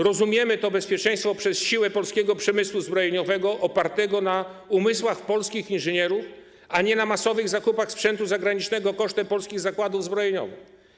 Rozumiemy to bezpieczeństwo przez siłę polskiego przemysłu zbrojeniowego opartego na umysłach polskich inżynierów, a nie na masowych zakupach sprzętu zagranicznego kosztem polskich zakładów zbrojeniowych.